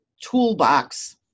toolbox